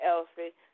Elsie